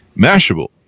Mashable